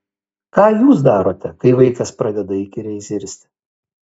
ką jūs darote kai vaikas pradeda įkyriai zirzti